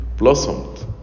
Blossomed